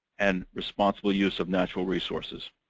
and responsible use of natural resources.